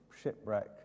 shipwreck